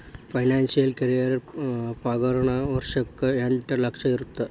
financial career ಪಾಗಾರನ ವರ್ಷಕ್ಕ ಎಂಟ್ ಲಕ್ಷ ಇರತ್ತ